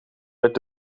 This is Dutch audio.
werd